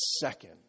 second